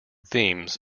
themes